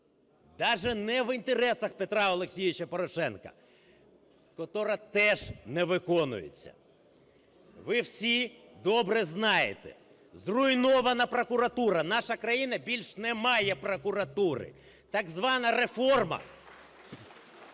даже не в інтересах Петра Олексійовича Порошенка, котра теж не виконується. Ви всі добре знаєте – зруйнована прокуратура. Наша країна більше не має прокуратури. Так звана реформа,